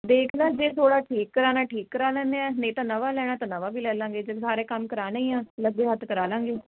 ਦੇਖ ਲਾ ਜੇ ਥੋੜ੍ਹਾ ਠੀਕ ਕਰਾਉਣਾ ਠੀਕ ਕਰਾ ਲੈਂਦੇ ਹਾਂ ਨਹੀਂ ਤਾਂ ਨਵਾਂ ਲੈਣਾ ਤਾਂ ਨਵਾਂ ਵੀ ਲੈ ਲਵਾਂਗੇ ਜਦ ਸਾਰੇ ਕੰਮ ਕਰਾਉਣੇ ਹੀ ਆ ਲੱਗੇ ਹੱਥ ਕਰਾ ਲਵਾਂਗੇ